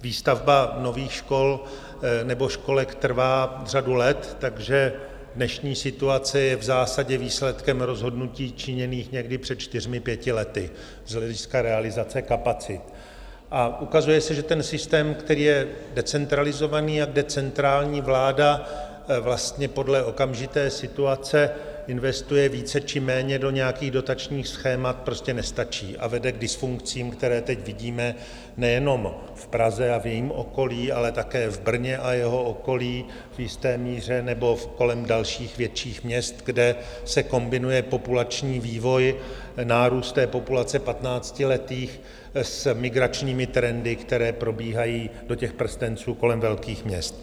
Výstavba nových škol nebo školek trvá řadu let, takže dnešní situace je v zásadě výsledkem rozhodnutí činěných někdy před čtyřmi pěti lety z hlediska realizace kapacit, a ukazuje se, že systém, který je decentralizovaný a kde centrální vláda vlastně podle okamžité situace investuje více či méně do nějakých dotačních schémat, prostě nestačí a vede k dysfunkcím, které teď vidíme nejenom v Praze a v jejím okolí, ale také v Brně a jeho okolí v jisté míře nebo kolem dalších větších měst, kde se kombinuje populační vývoj, nárůst populace patnáctiletých, s migračními trendy, které probíhají do prstenců kolem velkých měst.